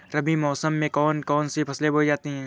रबी मौसम में कौन कौन सी फसलें बोई जाती हैं?